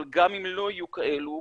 אבל גם אם לא יהיו כאלה,